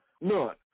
None